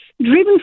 driven